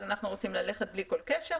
אנחנו רוצים ללכת בלי שום קשר,